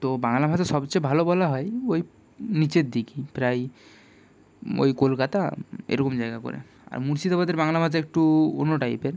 তো বাংলা ভাষা সবচেয়ে ভালো বলা হয় ওই নিচের দিকে প্রায় ওই কলকাতা এরকম জায়গার করে আর মুর্শিদাবাদের বাংলা ভাষা একটু অন্য টাইপের